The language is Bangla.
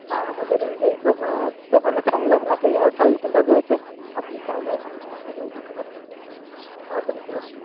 হ্যাঁ আমাদের এই এই দোকানের সংলগ্নেই সার্ভিস সেন্টার রয়েছে আপনি চাইলে ওখান থেকেও নিতে পারেন সাহায্য নিতে পারেন